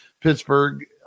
Pittsburgh